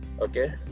okay